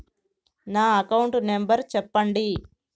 నా account number చెప్పండి?